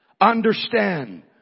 understand